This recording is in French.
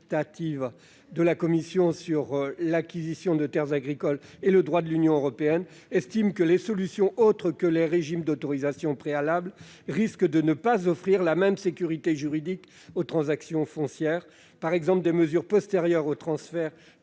de la commission sur l'acquisition de terres agricoles et le droit de l'Union européenne, les solutions autres que les régimes d'autorisation préalable risquent de ne pas offrir la même sécurité juridique aux transactions foncières. Par exemple, des mesures postérieures au transfert,